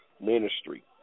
Ministry